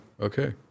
Okay